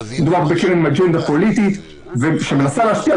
מדובר על קרן עם אג'נדה פוליטית שמנסה להשפיע על